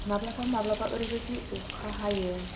माब्लाबा माब्लाबा ओरैबायदि अखा हायो